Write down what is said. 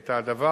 את הדבר.